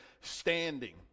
standing